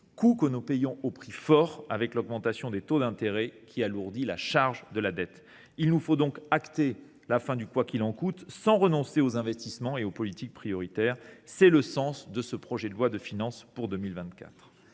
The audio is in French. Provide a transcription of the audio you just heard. coût, que nous payons au prix fort du fait de l’augmentation des taux d’intérêt, qui alourdit la charge de la dette. Il nous faut donc acter la fin du « quoi qu’il en coûte », sans renoncer aux investissements et aux politiques prioritaires. Tel est le sens du projet de loi de finances pour 2024.